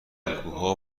الگوها